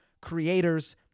creators